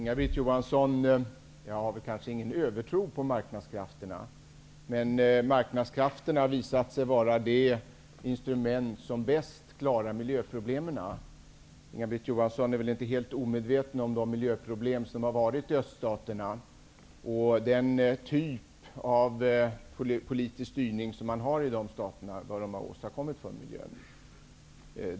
Herr talman! Jag har ingen övertro på marknadskrafterna, men marknadskrafterna har visat sig vara det instrument som bäst klarar miljöproblemen. Inga-Britt Johansson är väl inte helt omedveten om de miljöproblem som har funnits i öststaterna, och vad den typ av politisk styrning som man har där har åstadkommit för miljön.